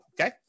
Okay